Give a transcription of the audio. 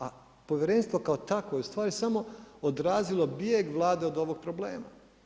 A povjerenstvo kao takvo je u stvari samo odrazilo bijeg Vlade od ovog problema.